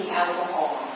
alcohol